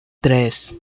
tres